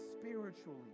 spiritually